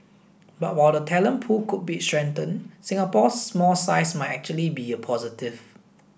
but while the talent pool could be strengthened Singapore's small size might actually be a positive